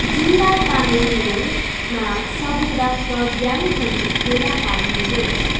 जिल्ला तामेङ्लोङमा सबै रक्त ब्याङ्कहरू फेला पार्नुहोस्